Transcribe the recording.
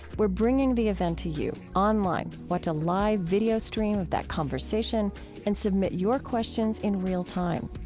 we're bringing the event to you online. watch a live video stream of that conversation and submit your questions in real time.